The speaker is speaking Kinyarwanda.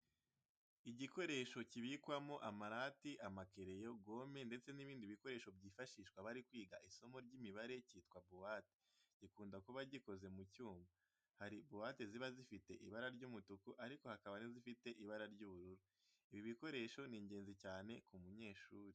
Igikoresho kibikwamo amarati, amakereyo, gome ndetse n'ibindi bikoresho byifashihswa bari kwiga isomo ry'imibare cyitwa buwate, gikunda kuba gikoze mu cyuma. Hari buwate ziba zifite ibara ry'umutuku ariko hakaba n'izifite ibara ry'ubururu. Ibi bikoresho ni ingenzi cyane ku munyeshuri.